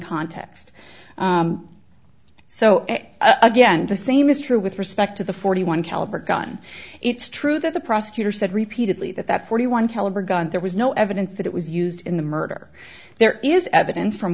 context so again the same is true with respect to the forty one caliber gun it's true that the prosecutor said repeatedly that that forty one caliber gun there was no evidence that it was used in the murder there is evidence from